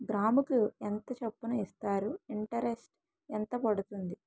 గ్రాముకి ఎంత చప్పున ఇస్తారు? ఇంటరెస్ట్ ఎంత పడుతుంది?